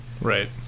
Right